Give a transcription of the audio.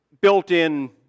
built-in